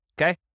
Okay